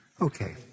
Okay